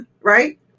Right